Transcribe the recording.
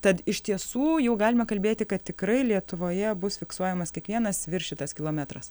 tad iš tiesų jau galime kalbėti kad tikrai lietuvoje bus fiksuojamas kiekvienas viršytas kilometras